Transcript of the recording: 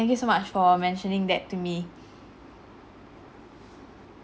~nk you so much for mentioning that to me